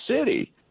city